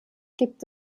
gibt